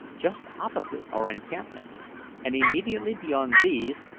just opposite our encampment and immediately beyond these,